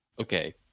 okay